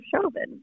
Chauvin